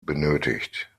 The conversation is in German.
benötigt